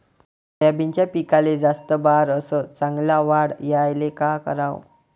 सोयाबीनच्या पिकाले जास्त बार अस चांगल्या वाढ यायले का कराव?